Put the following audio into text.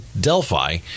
Delphi